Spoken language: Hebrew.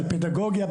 על פדגוגיה.